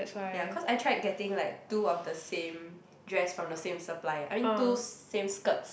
ya cause I tried getting like two of the same dress from the same supplier I mean two same skirts